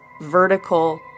vertical